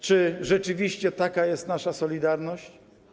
Czy rzeczywiście taka jest nasza solidarność?